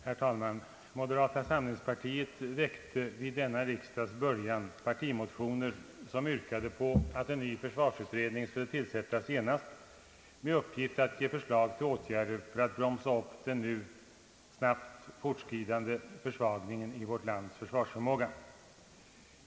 Herr talman! Moderata samlingspartiet väckte vid denna riksdags början partimotioner som yrkade på att en ny försvarsutredning skulle tillsättas genast med uppgift att ge förslag till åtgärder för att bromsa upp den nu snabbt fortskridande försvagningen i vårt lands försvarsförmåga.